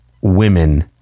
women